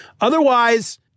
Otherwise